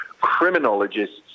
criminologists